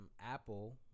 Apple